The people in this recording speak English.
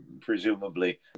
presumably